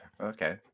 Okay